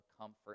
comfort